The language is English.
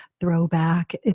throwback